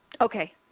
Okay